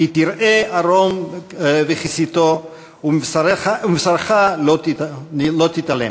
כי תראה ערֹם וכסיתו ומבשרך לא תתעלם".